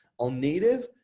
all native,